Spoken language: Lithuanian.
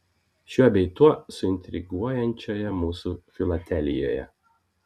šiuo bei tuo suintriguojančioje mūsų filatelijoje